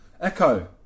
Echo